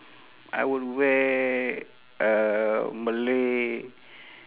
I would wear a malay